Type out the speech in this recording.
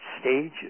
stages